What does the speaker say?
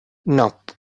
nope